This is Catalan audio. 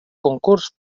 concurs